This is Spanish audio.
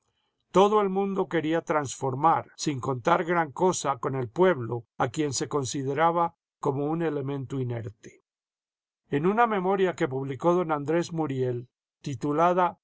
todo el mundo quería transformar sin contar gran cosa con el pueblo a quien se consideraba como un elemento inerte en una memoria que publicó don andrés muriel titulada